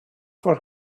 for